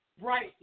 Right